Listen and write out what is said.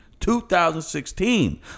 2016